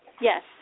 Yes